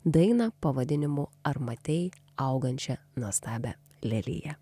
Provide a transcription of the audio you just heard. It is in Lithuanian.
dainą pavadinimu ar matei augančią nuostabią leliją